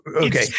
Okay